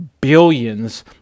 billions